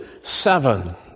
seven